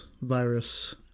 virus